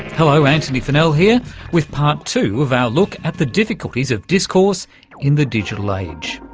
hello, antony funnell here with part two of our look at the difficulties of discourse in the digital age.